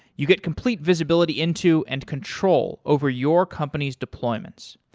you get complete visibility into and control over your company's deployments.